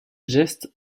geste